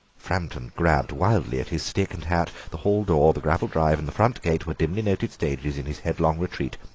framton grabbed wildly at his stick and hat the hall-door, the gravel drive, and the front gate were dimly-noted stages in his headlong retreat.